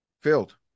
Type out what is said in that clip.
filled